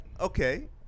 okay